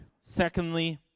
Secondly